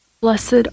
Blessed